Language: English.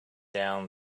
down